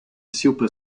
super